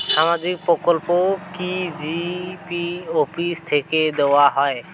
সামাজিক প্রকল্প কি জি.পি অফিস থেকে দেওয়া হয়?